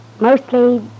Mostly